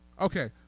Okay